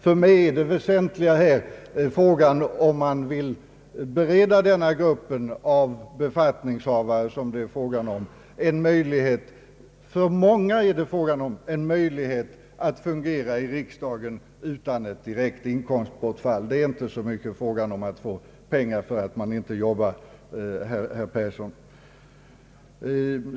För mig är den väsentliga frågan om man vill bereda den grupp av befattningshavare det gäller en möjlighet att fungera i riksdagen utan ett direkt inkomstbortfall från annan tjänst. Det är inte så mycket frågan om att få pengar för att man inte arbetar, herr Yngve Persson.